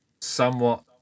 Somewhat